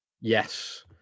yes